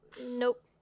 nope